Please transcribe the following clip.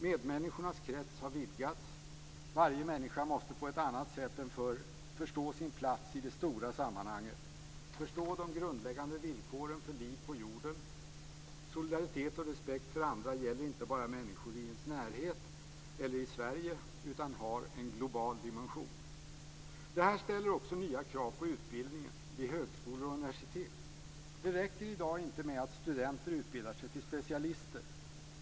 Medmänniskornas krets har vidgats. Varje människa måste på ett annat sätt än förr förstå sin plats i det stora sammanhanget, förstå de grundläggande villkoren för liv på jorden. Solidaritet och respekt för andra gäller inte bara människor i ens närhet eller i Sverige utan har en global dimension. Detta ställer också nya krav på utbildningen vid högskolor och universitet. Det räcker i dag inte med att studenter utbildar sig till specialister.